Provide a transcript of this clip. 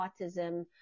autism